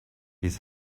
his